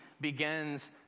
begins